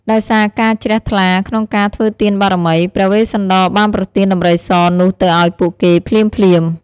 ដោយសាការជ្រះថ្លាក្នុងការធ្វើទានបារមី ព្រះវេស្សន្តរបានប្រទានដំរីសនោះទៅឱ្យពួកគេភ្លាមៗ។